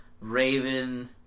Raven